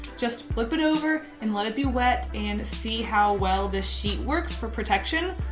just flip it over and let it be wet and see how well this sheet works for protection.